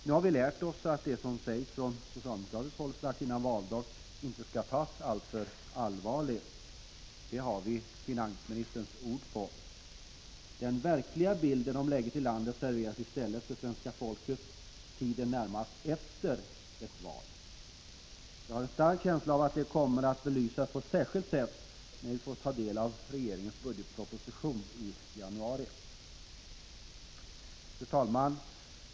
Nu har vi lärt oss att det som sägs från socialdemokratiskt håll omedelbart före valdagen inte skall tas alltför allvarligt. Det har vi finansministerns ord på. Den verkliga bilden av läget i landet serveras i stället det svenska folket tiden närmast efter ett val. Jag har en stark känsla av att det kommer att belysas på ett särskilt sätt när vi får ta del av regeringens budgetproposition i januari. Fru talman!